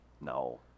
No